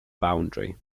boundary